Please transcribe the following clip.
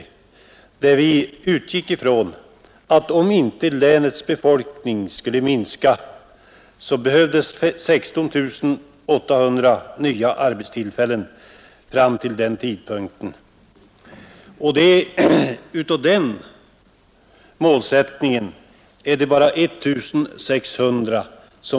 I detta utgick man ifrån att om inte länets befolkning skulle minska, behövdes 16 800 nya arbetstillfällen fram till den tidpunkten. Hittills har vi bara fått 1 600.